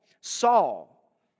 Saul